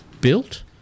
built